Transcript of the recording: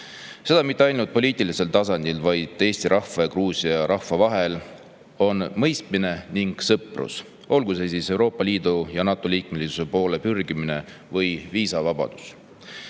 Seda mitte ainult poliitilisel tasandil, vaid Eesti rahva ja Gruusia rahva vahel on olnud mõistmine ning sõprus, olgu see siis Euroopa Liidu ja NATO liikmesuse poole pürgimisel või viisavabaduse